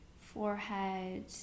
forehead